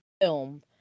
film